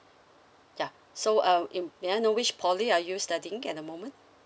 yeah so uh in may I know which poly are you studying at the moment